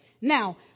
Now